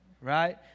right